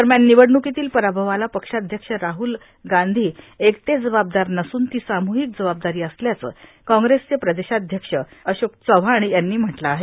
दरम्यान निवडणुकीतल्या पराभवाला पक्षाध्यक्ष राहुल गांधी एकटे जबाबदार नसून ती सामूहिक जबाबदारी असल्याचं काँग्रेसचे प्रदेशाध्यक्ष अशोक चव्हाण यांनी म्हटलं आहे